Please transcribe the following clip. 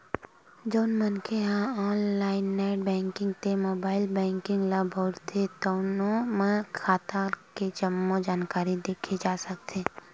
जउन मनखे ह ऑनलाईन नेट बेंकिंग ते मोबाईल बेंकिंग ल बउरथे तउनो म खाता के जम्मो जानकारी देखे जा सकथे